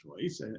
choice